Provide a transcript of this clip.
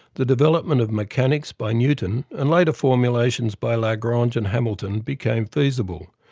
the development of mechanics by newton, and later formulations by lagrange and hamilton, became feasible,